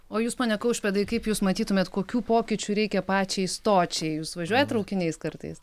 o jūs pone kaušpėdai kaip jūs matytumėt kokių pokyčių reikia pačiai stočiai jūs važiuojat traukiniais kartais